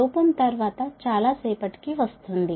లోపం తరువాత చాల సేపటికి వస్తుంది